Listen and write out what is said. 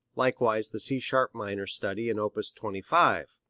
likewise the c sharp minor study in opus twenty five.